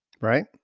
Right